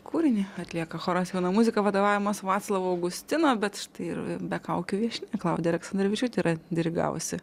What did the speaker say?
kūrinį atlieka choras jauna muzika vadovaujamas vaclovo augustino bet štai ir be kaukių viešnia klaudija aleksandravičiūtė yra dirigavusi